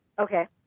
Okay